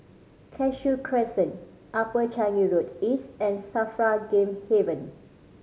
Cashew Crescent Upper Changi Road East and SAFRA Game Haven